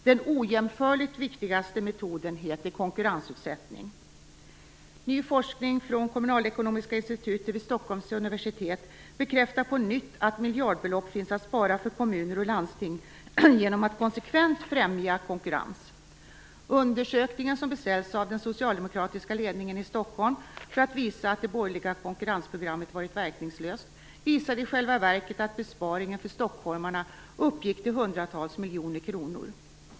Den ojämförligt viktigaste metoden heter konkurrensutsättning. Ny forskning från Kommunalekonomiska institutet vid Stockholms universitet bekräftar på nytt att miljardbelopp finns att spara för kommuner och landsting genom att konsekvent främja konkurrens. Undersökningen, som beställts av den socialdemokratiska ledningen i Stockholm för att visa att det borgerliga konkurrensprogrammet varit verkningslöst, visade i själva verket att besparingen för stockholmarna uppgick till hundratals miljoner kronor.